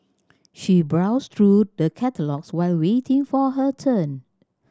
she browsed through the catalogues while waiting for her turn